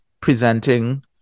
presenting